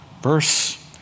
Verse